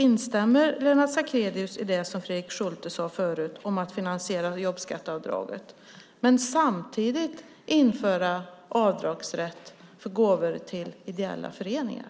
Instämmer Lennart Sacrédeus i det som Fredrik Schulte sade förut om att finansiera jobbskatteavdraget och samtidigt införa avdragsrätt för gåvor till ideella föreningar?